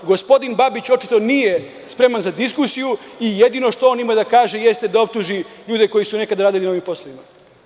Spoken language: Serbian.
Gospodin Babić očito nije spreman za diskusiju i jedino što on ima da kaže jeste da optuži ljude koji su nekada radili na ovim poslovima.